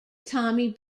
tommy